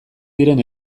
diren